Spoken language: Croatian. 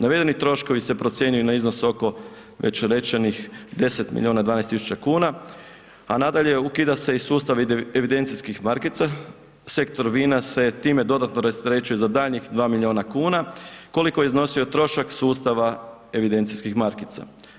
Navedeni troškovi se procjenjuju na iznos oko već rečenih 10 milijuna 12 tisuća kuna, a nadalje ukida se i sustav evidencijskih markica, sektor vina se time dodatno rasterećuje za daljnjih 2 milijuna kuna koliko je iznosio trošak sustava evidencijskih markica.